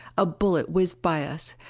a bullet whizzed by us,